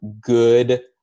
good